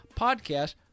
podcast